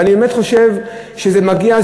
ואני באמת חושב שזה מגיע,